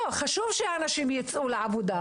לא, חשוב שהנשים יצאו לעבודה,